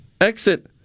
exit